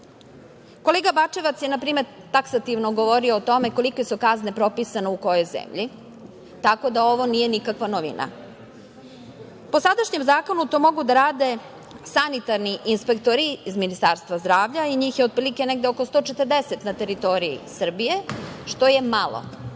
sve. Kolega Bačevac je na primer taksativno govorio o tome kolike su kazne propisane u kojoj zemlji, tako da ovo nije nikakva novina. Po sadašnjem zakonu to mogu da rade sanitarni inspektori iz Ministarstva zdravlja i njih je otprilike negde oko 140 na teritoriji Srbije, što je malo.